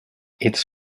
its